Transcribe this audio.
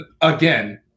again